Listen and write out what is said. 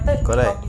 that's correct